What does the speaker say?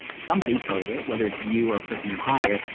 somebody coded it, whether it's you, or a person you hire,